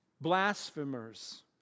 blasphemers